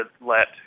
let